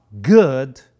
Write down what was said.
good